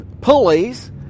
pulleys